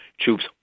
troops